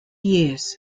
years